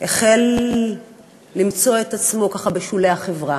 החל למצוא את עצמו בשולי החברה.